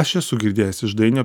aš esu girdėjęs iš dainio